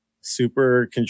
super